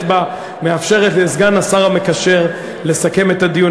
בהם מאפשרת לסגן השר המקשר לסכם את הדיון.